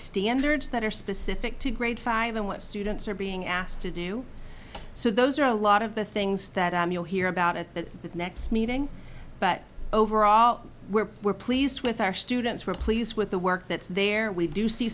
standards that are specific to grade five and what students are being asked to do so those are a lot of the things that you'll hear about at the next meeting but overall we're pleased with our students we're pleased with the work that's there we do see